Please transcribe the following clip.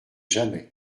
jamais